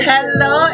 Hello